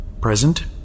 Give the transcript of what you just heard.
Present